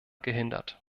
gehindert